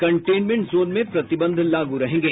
containment zone में प्रतिबंध लागू रहेंगे